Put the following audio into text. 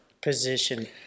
Position